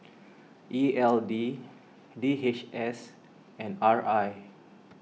E L D D H S and R I